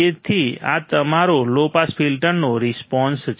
તેથી આ તમારો લો પાસ ફિલ્ટર નો રિસ્પોન્સ છે